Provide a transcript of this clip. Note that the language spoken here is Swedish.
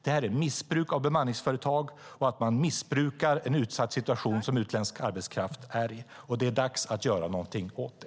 Det är missbruk av bemanningsföretag och missbruk av den utsatta situation som utländsk arbetskraft är i. Det är dags att göra något åt det.